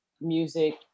music